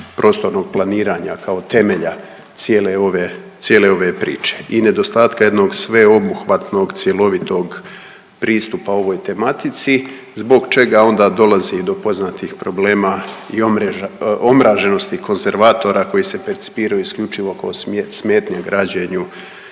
prostornog planiranja kao temelja cijele ove, cijele ove priče i nedostatka jednog sveobuhvatnog cjelovitog pristupa ovoj tematici, zbog čega onda dolazi do poznatih problema i omraženosti konzervatora koji se percipiraju isključivo kao smetnja građenju